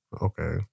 Okay